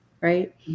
right